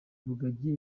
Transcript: rugagi